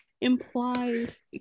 implies